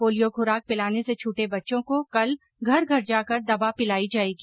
polio खुराक पिलाने से छूटे बच्चों को कल घर घर जाकर दवा पिलाई जाएगी